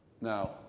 Now